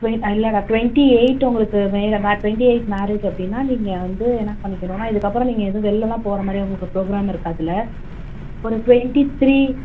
இல்லைடா twenty eight உங்களுக்கு வேறு மாதிரி டுவென்ட்டி எயிட் மேரேஜ் அப்படின்னா நீங்கள் வந்து என்ன பண்ணிக்கணும்னா இதுக்கப்புறம் நீங்கள் எதுவும் வெளிலலாம் போகிற மாதிரி உங்களுக்கு ப்ரோகிராம் இருக்காதுல ஒரு டுவென்ட்டி த்ரீ